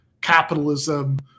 capitalism